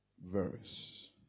verse